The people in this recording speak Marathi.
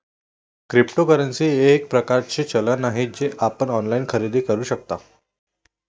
क्रिप्टोकरन्सी हे एक प्रकारचे चलन आहे जे आपण ऑनलाइन खरेदी करू शकता